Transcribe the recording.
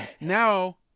Now